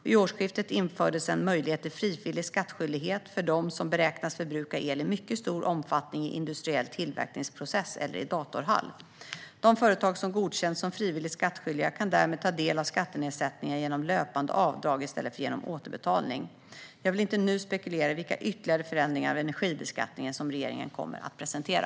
Vid årsskiftet infördes en möjlighet till frivillig skattskyldighet för dem som beräknas förbruka el i mycket stor omfattning i industriell tillverkningsprocess eller i datorhall. De företag som godkänns som frivilligt skattskyldiga kan därmed ta del av skattenedsättningen genom löpande avdrag i stället för genom återbetalning. Jag vill inte nu spekulera i vilka ytterligare förändringar av energibeskattningen som regeringen kommer att presentera.